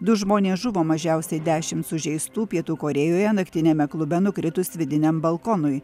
du žmonės žuvo mažiausiai dešimt sužeistų pietų korėjoje naktiniame klube nukritus vidiniam balkonui